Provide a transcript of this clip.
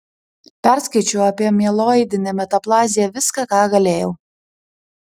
perskaičiau apie mieloidinę metaplaziją viską ką galėjau